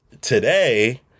today